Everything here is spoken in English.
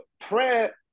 prayer